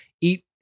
eat